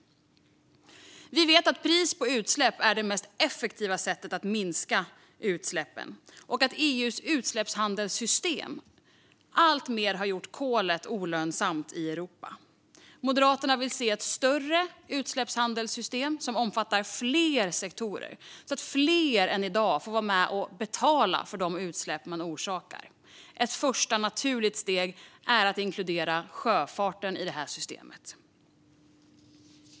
Vi vet att pris på utsläpp är det mest effektiva sättet att minska utsläppen och att EU:s utsläppshandelssystem alltmer har gjort kolet olönsamt i Europa. Moderaterna vill se ett större utsläppshandelssystem som omfattar fler sektorer, så att fler än i dag får vara med och betala för de utsläpp som de orsakar. Ett första naturligt steg är att inkludera sjöfarten i det här systemet.